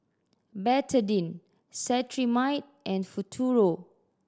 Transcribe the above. Betadine Cetrimide and Futuro